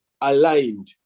aligned